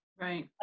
right